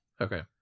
Okay